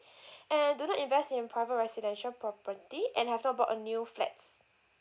and do not invest in private residential property and have not bought a new flats